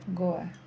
Goa